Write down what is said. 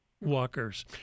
walkers